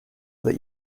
that